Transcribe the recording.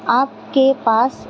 آپ کے پاس